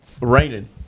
raining